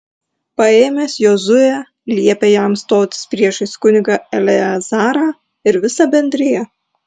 paėmęs jozuę liepė jam stotis priešais kunigą eleazarą ir visą bendriją